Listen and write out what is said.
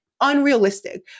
unrealistic